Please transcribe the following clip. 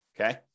Okay